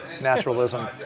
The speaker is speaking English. naturalism